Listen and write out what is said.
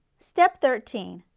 step thirteen,